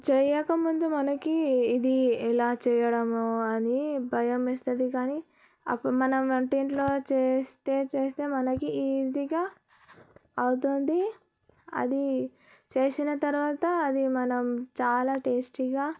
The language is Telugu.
చేయకముందు మనకి ఇది ఎలా చేయడము అని భయమేస్తుంది కానీ అప్పుడు మనం వంటింట్లో చేస్తే చేస్తే మనకి ఈజీగా అవుతుంది అది చేసిన తర్వాత అది మనం చాలా టేస్టీగా